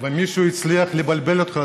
מישהו הצליח לבלבל אותך.